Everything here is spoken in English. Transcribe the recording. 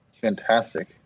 Fantastic